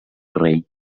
rei